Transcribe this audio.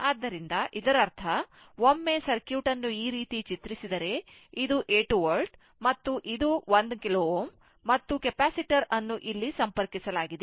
ಆದ್ದರಿಂದ ಇದರರ್ಥ ಒಮ್ಮೆ ಸರ್ಕ್ಯೂಟ್ ಅನ್ನು ಈ ರೀತಿ ಚಿತ್ರಿಸಿದರೆ ಇದು 8 volt ಮತ್ತು ಇದು 1 K Ω ಮತ್ತು ಕೆಪಾಸಿಟರ್ ಅನ್ನು ಇಲ್ಲಿ ಸಂಪರ್ಕಿಸಲಾಗಿದೆ